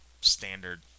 standard